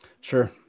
Sure